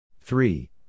three